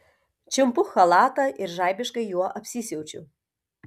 čiumpu chalatą ir žaibiškai juo apsisiaučiu